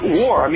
war